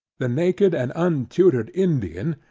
the naked and untutored indian,